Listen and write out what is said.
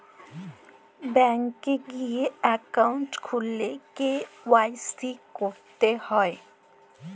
bank এ গিয়ে account খুললে কে.ওয়াই.সি ক্যরতে হ্যয়